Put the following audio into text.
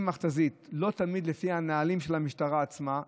מכת"זית לא תמיד לפי הנהלים של המשטרה עצמה,